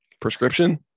Prescription